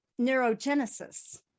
neurogenesis